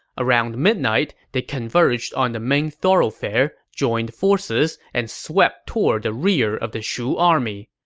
around midnight, they converged on the main thoroughfare, joined forces, and swept toward the rear of the shu army.